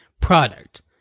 product